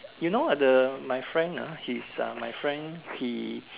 you know the my friend ah he's uh my friend he